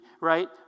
right